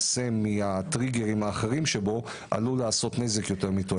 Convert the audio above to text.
מהטריגרים האחרים שבו עלול לעשות יותר נזק מתועלת.